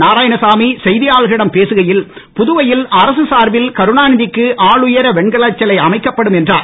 நராயணசாமி செய்தியாளர்களிடம் பேசுகையில் புதுவையில் அரசு சார்பில் கருணாநிதிக்கு ஆளுயர வெங்கலச் சிலை அமைக்கப்படும் என்றார்